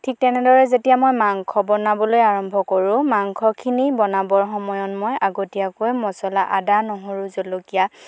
ঠিক তেনেদৰে যেতিয়া মই মাংস বনাবলৈ আৰম্ভ কৰোঁ মাংসখিনি বনাবৰ সময়ত মই আগতীয়াকৈ মচলা আদা নহৰু জলকীয়া